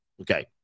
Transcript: Okay